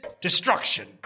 destruction